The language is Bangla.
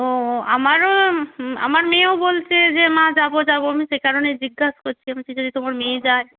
ও আমারও আমার মেয়েও বলছে যে মা যাব যাব আমি সেকারণেই জিজ্ঞাসা করছি আমি বলছি যদি তোমার মেয়ে যায়